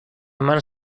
eman